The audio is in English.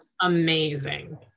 amazing